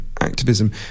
activism